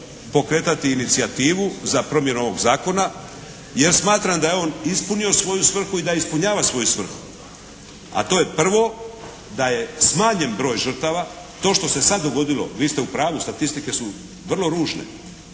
pokretati inicijativu za promjenu ovog Zakona jer smatram da je on ispunio svoju svrhu i da ispunjava svoju svrhu, a to je prvo da je smanjen broj žrtava. To što se sad dogodilo vi ste u pravu, statistike su vrlo ružne